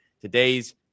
today's